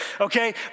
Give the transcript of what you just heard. okay